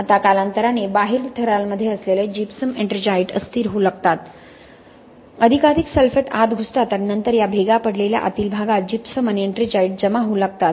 आता कालांतराने बाहेरील थरांमध्ये असलेले जिप्सम एट्रिंजाईट अस्थिर होऊ लागतात अधिकाधिक सल्फेट आत घुसतात आणि नंतर या भेगा पडलेल्या आतील भागात जिप्सम आणि एट्रिंजाइट जमा होऊ लागतात